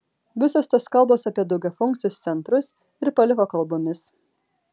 visos tos kalbos apie daugiafunkcius centrus ir paliko kalbomis